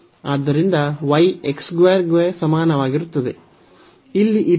ಆದ್ದರಿಂದ y x 2 ಗೆ ಸಮಾನವಾಗಿರುತ್ತದೆ ಇಲ್ಲಿ ಈ ಪ್ಯಾರಾಬೋಲಾ